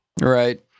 Right